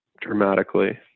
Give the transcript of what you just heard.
dramatically